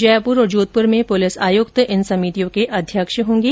जयपुर और जोधपुर में पुलिस आयुक्त इन समितियों के अध्यक्ष होंगे